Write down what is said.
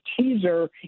teaser